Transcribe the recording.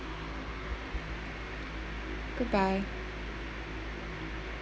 goodbye